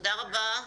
תודה רבה.